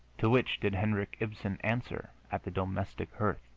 to which did henrik ibsen answer at the domestic hearth?